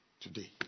today